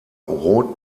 rot